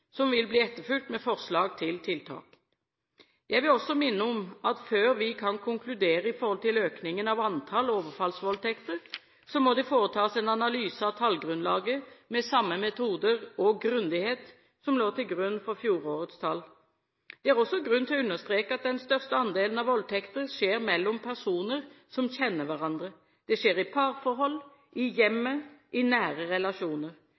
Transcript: som vil bli etterfulgt med forslag til tiltak. Jeg vil også minne om at før vi kan konkludere i forhold til økningen av antall overfallsvoldtekter, må det foretas en analyse av tallgrunnlaget, med samme metoder og grundighet som lå til grunn for fjorårets tall. Det er også grunn til å understreke at den største andelen av voldtekter skjer mellom personer som kjenner hverandre. Det skjer i parforhold, i hjemmet, i nære relasjoner.